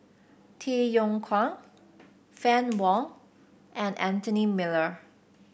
Tay Yong Kwang Fann Wong and Anthony Miller